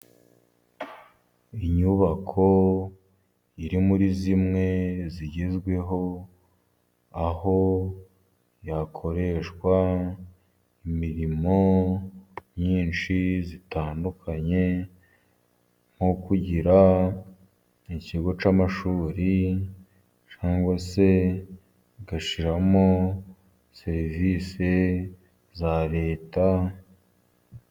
Inyubako iri muri zimwe zigezweho, aho yakoreshwa imirimo myinshi itandukanye nko kugira ikigo cy'amashuri cyangwa se bagashyiramo serivisi za leta.